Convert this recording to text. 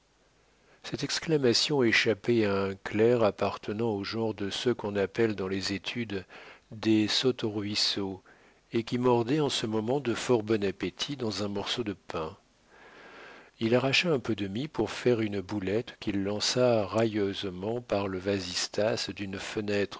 cette exclamation échappait à un clerc appartenant au genre de ceux qu'on appelle dans les études des saute ruisseaux et qui mordait en ce moment de fort bon appétit dans un morceau de pain il arracha un peu de mie pour faire une boulette qu'il lança railleusement par le vasistas d'une fenêtre